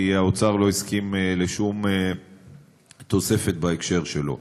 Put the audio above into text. כי האוצר לא הסכים לשום תוספת בהקשר שלו.